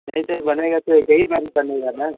नहीं सर बनेगा तो एक ही बार ही बनेगा ना